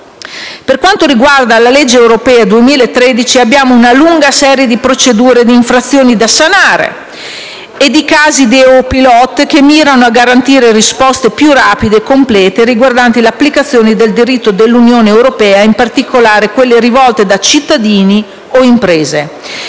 Per quanto riguarda la legge europea 2013, abbiamo una lunga serie di procedure di infrazione da sanare e di casi di EU Pilot che mirano a garantire risposte più rapide e complete riguardanti l'applicazione del diritto dell'Unione europea, in particolare quelle rivolte da cittadini o imprese.